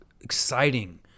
exciting